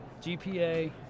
GPA